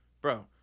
bro